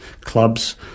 clubs